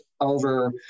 over